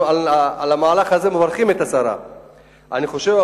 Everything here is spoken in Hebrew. אנחנו מברכים את השרה על המהלך הזה,